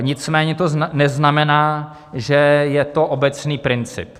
Nicméně to neznamená, že je to obecný princip.